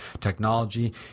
technology